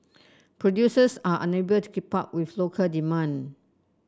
producers are unable to keep up with local demand